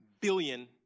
billion